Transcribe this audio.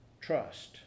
trust